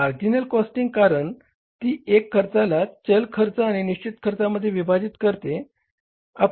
तर marginal costing कारण ती एकूण खर्चाला चल आणि निश्चित खर्चामध्ये विभाजित करते